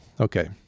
Okay